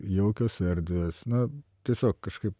jaukios erdvės na tiesiog kažkaip